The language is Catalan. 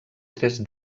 tres